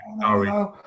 sorry